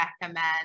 recommend